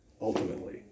ultimately